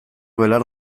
belar